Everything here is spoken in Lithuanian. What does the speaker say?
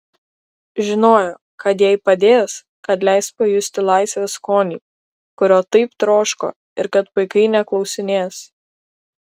žinojo kad jai padės kad leis pajusti laisvės skonį kurio taip troško ir kad paikai neklausinės